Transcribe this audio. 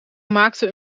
maakte